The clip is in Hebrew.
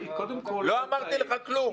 לא אמרתי לך כלום.